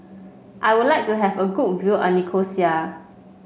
I would like to have a good view of Nicosia